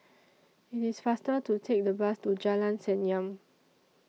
IT IS faster to Take The Bus to Jalan Senyum